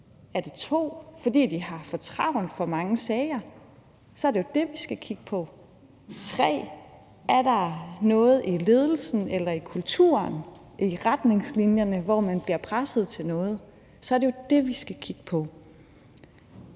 Er det, 2) fordi de har for travlt og for mange sager? Så er det jo det, vi skal kigge på. Er det, 3) fordi der er noget i ledelsen, i kulturen eller i retningslinjerne, der gør, at man bliver presset til noget? Så er det jo det, vi skal kigge på.